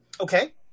Okay